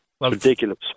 Ridiculous